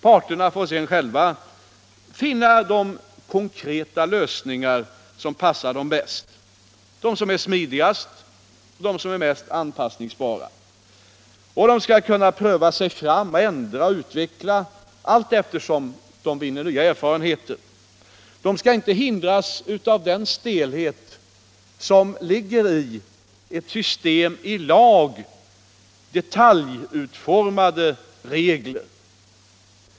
Parterna får sedan själva finna de konkreta lösningar som passar dem bäst, som är smidigast och mest anpassningsbara. Och parterna skall kunna pröva sig fram, ändra och utveckla, allteftersom de vinner nya erfarenheter. De skall inte hindras av den stelhet som ligger i ett system med i lag detaljutformade regler.